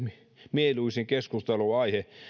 mieluisin keskustelunaihe